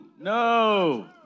No